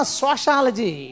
sociology